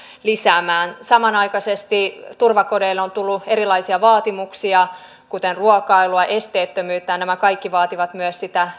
lisäämään samanaikaisesti turvakodeille on tullut erilaisia vaatimuksia kuten ruokailua esteettömyyttä ja nämä kaikki vaativat myös sitä